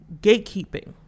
gatekeeping